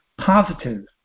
positive